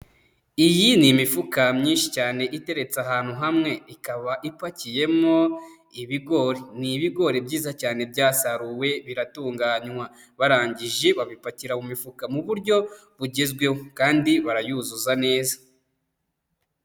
Iyi ni imifuka myinshi cyane iteretse ahantu hamwe. Ikaba ipakiyemo ibigori. Ni ibigori byiza cyane byasaruwe biratunganywa, barangije babipakira mu mifuka mu buryo bugezweho. Kandi barayuzuza neza.